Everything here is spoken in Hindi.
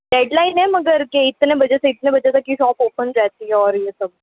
डेडलाइन है मगर के इतने बजे से इतने बजे तक के शॉप ओपन रहती है और ये सब